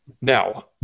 Now